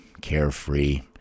carefree